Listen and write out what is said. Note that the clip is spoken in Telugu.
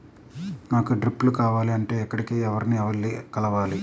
నాకు డ్రిప్లు కావాలి అంటే ఎక్కడికి, ఎవరిని వెళ్లి కలవాలి?